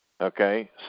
Okay